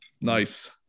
Nice